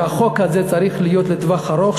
והחוק הזה צריך להיות לטווח ארוך,